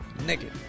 Naked